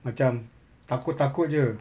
macam takut takut jer